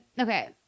Okay